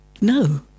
No